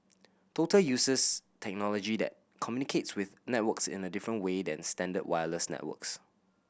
total uses technology that communicates with networks in a different way than standard wireless networks